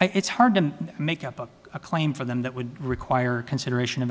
it's hard to make up a claim for them that would require consideration of